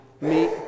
meet